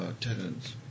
tenants